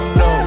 no